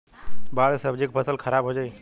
बाढ़ से सब्जी क फसल खराब हो जाई